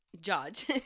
judge